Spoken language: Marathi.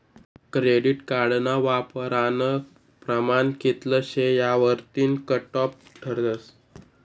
क्रेडिट कार्डना वापरानं प्रमाण कित्ल शे यावरतीन कटॉप ठरस